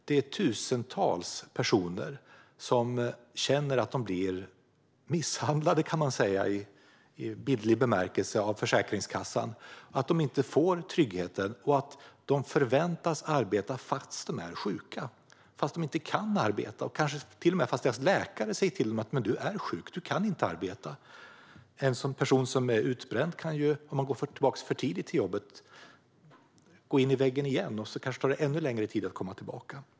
Det är tusentals personer som känner att de blir misshandlade i bildlig bemärkelse av Försäkringskassan - att de inte får någon trygghet och att de förväntas arbeta fast de är sjuka, fast de inte kan arbeta och kanske till och med fast deras läkare säger till dem att "du är sjuk; du kan inte arbeta". Den som är utbränd och går tillbaka till jobbet för tidigt kan ju gå in i väggen igen, och så kanske det tar ännu längre tid att komma tillbaka.